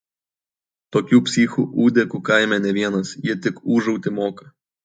tokių psichų ūdekų kaime ne vienas jie tik ūžauti moka